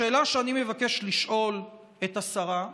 השאלה שאני מבקש לשאול את השרה: